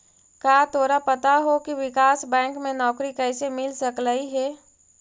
का तोरा पता हो की विकास बैंक में नौकरी कइसे मिल सकलई हे?